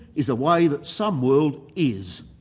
is a way that some world is.